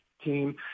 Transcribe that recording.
team